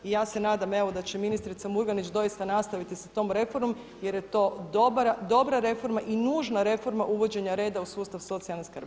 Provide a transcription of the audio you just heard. I ja se nadam evo da će ministrica Murganić doista nastaviti sa tom reformom jer je to dobra reforma i nužna reforma uvođenja reda u sustav socijalne skrbi.